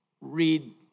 read